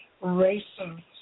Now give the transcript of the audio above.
Racing